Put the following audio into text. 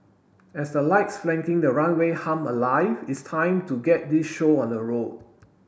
as the lights flanking the runway hum alive it's time to get this show on the road